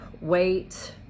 wait